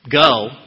go